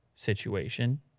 situation